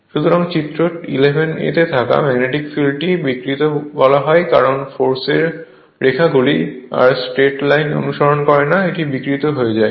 সুতরাং চিত্র 11 এ থাকা ম্যাগনেটিক ফিল্ডটি বিকৃত বলা হয় কারণ ফোর্স এর রেখাগুলি আর স্ট্রেট লাইন অনুসরণ করে না এটি বিকৃত হয়ে যায়